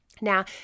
Now